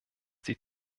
die